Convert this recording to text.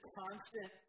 constant